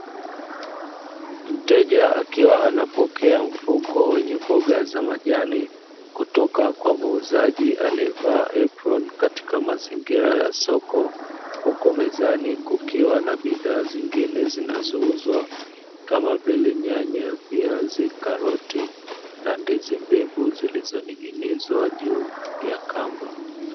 Mteja akiwa anapokea mfuko wenye mboga za majani kutoka kwa muuzaji aliyevaa eproni katika mazingira ya soko, huku mezani kukiwa na bidhaa zingine zinazouzwa kama vile: nyanya, viazi, karoti na ndizi mbivu zilizo ning`inizwa juu ya kamba.